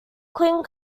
cling